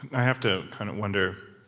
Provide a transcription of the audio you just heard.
i have to kind of wonder.